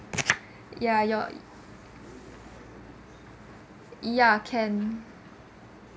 yeah your yeah can